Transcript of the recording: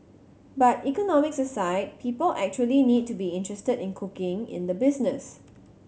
but economics aside people actually need to be interested in cooking in the business